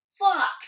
Fuck